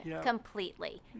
completely